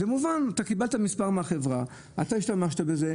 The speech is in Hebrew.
זה מובן קיבלת מספר מן החברה, השתמשת בו,